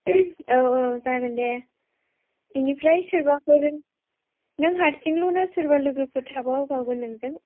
औ औ जागोन दे बेनिफ्राय सोरबाफोर नों हारसिंल' ना सोरबा लोगोफोर थाफाबावगोन नोंजों